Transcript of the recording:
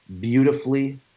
beautifully